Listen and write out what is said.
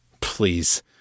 Please